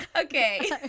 okay